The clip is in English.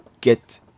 get